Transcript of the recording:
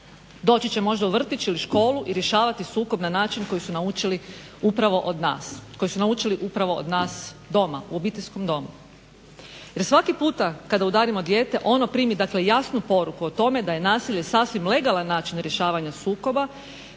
Doći će možda u vrtić ili školu i rješavati sukob na način koji su naučili upravo od nas, koji su naučili upravo od nas doma, u obiteljskom domu. Jer svaki puta kad udarimo dijete ono primi, dakle jasnu poruku o tome da je nasilje sasvim legalan način rješavanja sukoba,